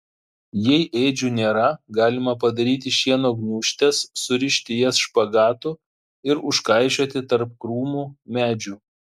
jei ėdžių nėra galima padaryti šieno gniūžtes surišti jas špagatu ir užkaišioti tarp krūmų medžių